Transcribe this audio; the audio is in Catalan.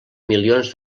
milions